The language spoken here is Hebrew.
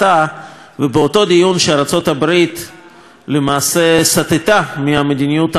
ובאותו דיון שארצות-הברית למעשה סטתה מהמדיניות המסורתית שלה,